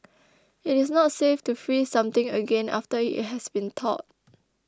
it is not safe to freeze something again after it has been thawed